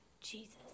Jesus